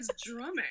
drumming